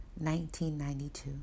1992